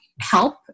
help